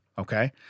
Okay